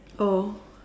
oh